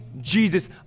Jesus